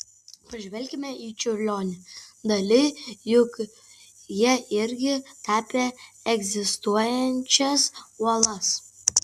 pažvelkime į čiurlionį dali juk jie irgi tapė egzistuojančias uolas